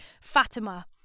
Fatima